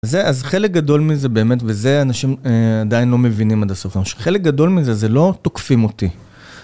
זה, אז חלק גדול מזה באמת, וזה אנשים עדיין לא מבינים עד הסוף, חלק גדול מזה זה לא תוקפים אותי.